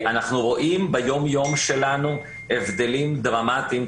אנחנו רואים ביום יום שלנו הבדלים דרמטיים,